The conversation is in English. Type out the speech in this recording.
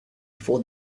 for